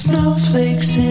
snowflakes